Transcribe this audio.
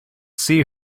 see